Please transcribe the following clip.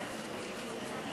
מי נגד?